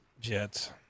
Jets